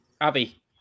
Abby